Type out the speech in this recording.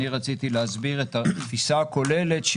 אני רציתי להסביר את התפיסה הכוללת.